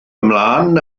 ymlaen